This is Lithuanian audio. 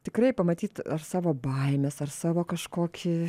tikrai pamatyt ar savo baimes ar savo kažkokį